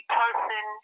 person